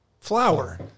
Flour